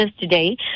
today